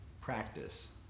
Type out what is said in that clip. practice